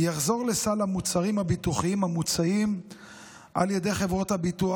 יחזור לסל המוצרים הביטוחיים המוצעים על ידי חברות הביטוח,